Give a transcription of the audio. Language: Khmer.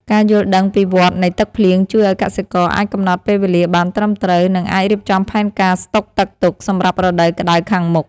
ការយល់ដឹងពីវដ្តនៃទឹកភ្លៀងជួយឱ្យកសិករអាចកំណត់ពេលវេលាបានត្រឹមត្រូវ និងអាចរៀបចំផែនការស្តុកទឹកទុកសម្រាប់រដូវក្តៅខាងមុខ។